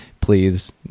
please